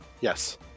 Yes